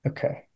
Okay